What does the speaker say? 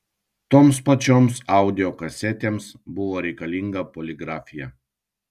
toms pačioms audio kasetėms buvo reikalinga poligrafija